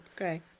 okay